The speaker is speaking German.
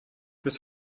bis